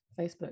Facebook